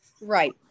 Right